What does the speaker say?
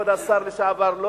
אבל יש ממנו חבר כנסת ושר לשעבר.